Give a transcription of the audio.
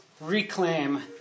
reclaim